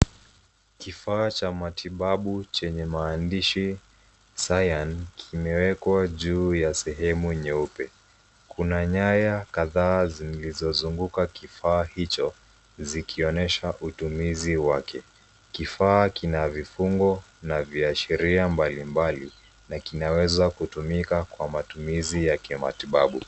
Kifaa cha matibabu chenye maandishi Scian kimewekwa juu ya sehemu nyeupe. Kuna nyaya kadhaa zilizo zunguka kifaa hicho zikionesha utumiizi wake. Kifaa kina vifungo na viashiria mbalimbali na kinaweza kutumika kwa matumizi ya kimatibabu.